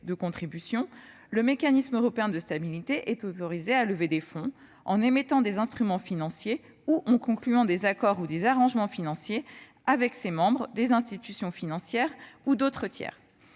de contribution préétablie, le MES est autorisé à lever des fonds en émettant des instruments financiers, et en concluant des accords ou en négociant des arrangements financiers avec ses membres, des institutions financières ou d'autres tiers.